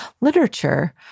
literature